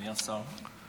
מי השר?